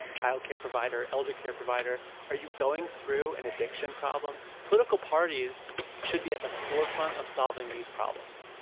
ah child care provider, elder care provider? are you going through an addiction problem? political parties should be at the forefront of solving these problems